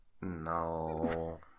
No